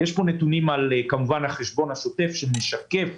יש פה נתונים כמובן על החשבון השוטף, שמשקף